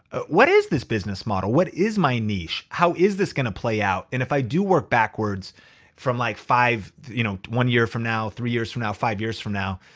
what is this business model? what is my niche? how is this gonna play out? and if i do work backwards from like you know one year from now, three years from now, five years from now,